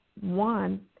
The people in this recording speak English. one